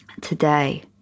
Today